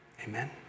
Amen